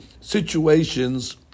situations